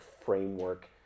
framework